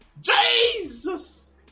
JESUS